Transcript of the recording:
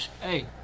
Hey